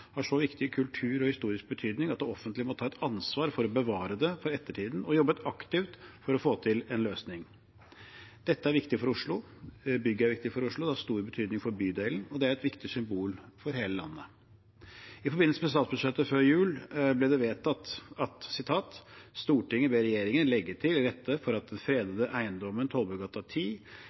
en så viktig kulturell og historisk betydning at det offentlige må ta et ansvar for å bevare det for ettertiden, og jobbet aktivt for å få til en løsning. Dette er viktig for Oslo, bygget er viktig for Oslo, det har stor betydning for bydelen, og det er et viktig symbol for hele landet. I forbindelse med statsbudsjettet før jul ble det vedtatt: «Stortinget ber regjeringen legge til rette for at den fredede eiendommen